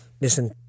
listen